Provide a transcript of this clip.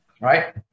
Right